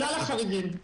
לא לחריגים.